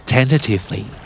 Tentatively